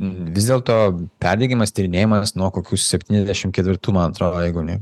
vis dėlto perdegimas tyrinėjamas nuo kokių septyniasdešimt ketvirtų man atrodo jeigu ne